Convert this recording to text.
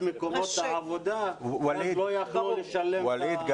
מקומות העבודה ולא יכלו לשלם את ה --- ווליד,